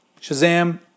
Shazam